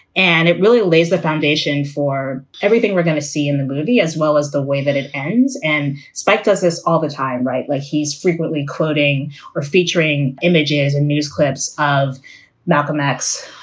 and it really lays the foundation for everything we're going to see in the movie, as well as the way that it ends. and spike does this all the time, right? like he's frequently quoting or featuring images and news clips of malcolm x,